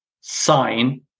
sign